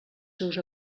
seus